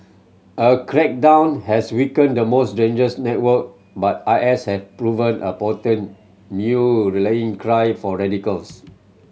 a crackdown has weakened the most dangerous network but I S has proven a potent new rallying cry for radicals